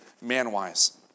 man-wise